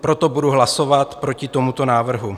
Proto budu hlasovat proti tomuto návrhu.